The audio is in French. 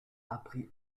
appris